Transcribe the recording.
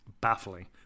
baffling